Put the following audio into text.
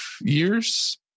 years